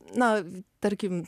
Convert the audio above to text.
na tarkim